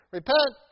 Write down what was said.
Repent